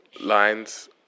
lines